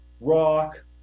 rock